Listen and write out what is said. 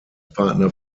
partner